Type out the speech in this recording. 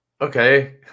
Okay